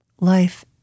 life